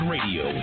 Radio